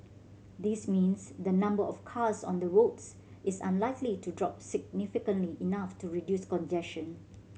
this means the number of cars on the roads is unlikely to drop significantly enough to reduce congestion